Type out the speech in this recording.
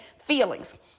Feelings